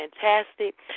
fantastic